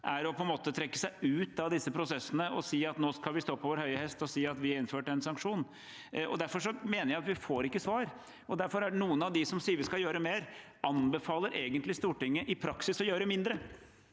er på en måte å trekke seg ut av disse prosessene, at vi nå skal sitte på vår høye hest og si at vi har innført en sanksjon. Derfor mener jeg at vi ikke får svar, og derfor er det noen av dem som sier at vi skal gjøre mer, som egentlig anbefaler Stortinget i praksis å gjøre mindre.